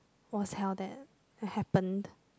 was held there that happened